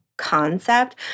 concept